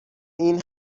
این